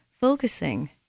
focusing